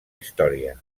història